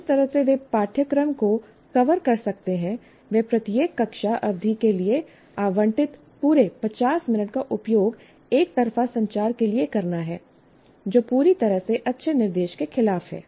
जिस तरह से वे पाठ्यक्रम को कवर कर सकते हैं वह प्रत्येक कक्षा अवधि के लिए आवंटित पूरे 50 मिनट का उपयोग एकतरफा संचार के लिए करना है जो पूरी तरह से अच्छे निर्देश के खिलाफ है